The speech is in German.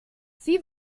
sie